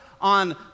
on